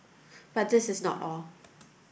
but this is not all